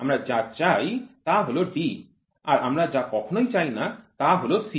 আমরা যা চাই তা হল d আর আমরা যা কখনোই চাই না তা হল c